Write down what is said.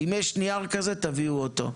אם יש נייר כזו, תביאו אותו.